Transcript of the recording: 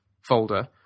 folder